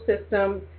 system